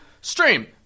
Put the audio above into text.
stream